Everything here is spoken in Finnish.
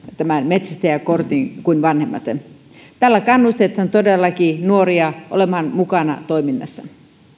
tämän metsästäjäkortin jatkossa edullisemmin kuin vanhemmat tällä kannustetaan todellakin nuoria olemaan mukana toiminnassa